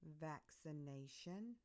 Vaccination